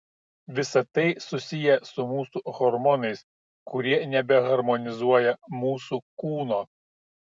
visa tai susiję su mūsų hormonais kurie nebeharmonizuoja mūsų kūno